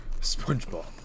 SpongeBob